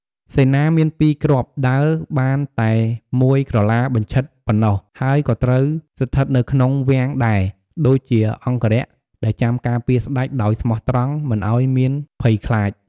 សេនា មានពីរគ្រាប់ ដើរបានតែមួយក្រឡាបញ្ឆិតប៉ុណ្ណោះ ហើយក៏ត្រូវស្ថិតនៅក្នុង វាំង ដែរ ដូចជាអង្គរក្សដែលចាំការពារស្តេចដោយស្មោះត្រង់មិនឱ្យមានភ័យខ្លាច។